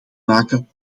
maken